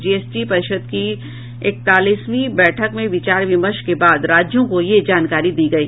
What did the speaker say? GST परिषद की इकतालीसवीं बैठक में विचार विमर्श के बाद राज्यों को यह जानकारी दी गई